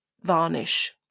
varnish